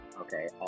Okay